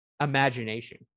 imagination